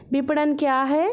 विपणन क्या है?